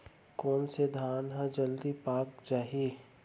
कोन से धान ह जलदी पाक जाही?